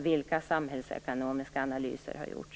Vilka samhällsekonomiska analyser har gjorts?